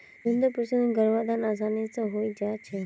झुण्डत पशुर गर्भाधान आसानी स हई जा छेक